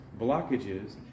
blockages